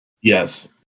Yes